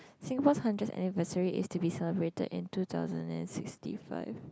Singapore's hundredth anniversary is to be celebrated in two thousand and sixty five